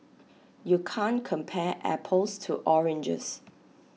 you can' T compare apples to oranges